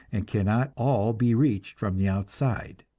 and cannot all be reached from the outside.